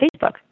Facebook